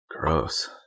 Gross